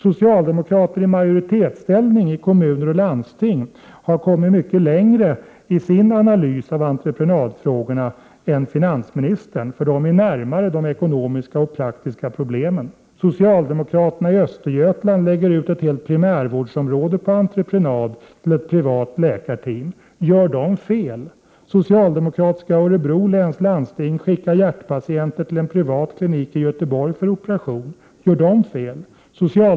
Socialdemokrater i majoritetsställning i kommuner och landsting har kommit mycket längre i sin analys av entreprenadfrågorna än finansministern, eftersom de står närmare de ekonomiska och praktiska problemen. Socialdemokratiska Örebro läns landsting skickar hjärtpatienter till en privat klinik i Göteborg för operation. Gör de fel?